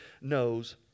knows